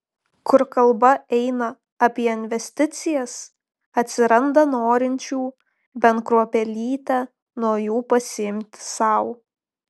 kur kalba eina apie investicijas atsiranda norinčių bent kruopelytę nuo jų pasiimti sau